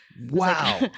wow